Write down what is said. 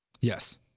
Yes